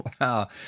Wow